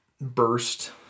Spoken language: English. burst